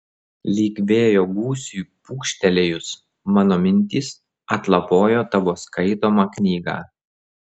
lyg vėjo gūsiui pūkštelėjus mano mintys atlapojo tavo skaitomą knygą